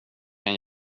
kan